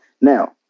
Now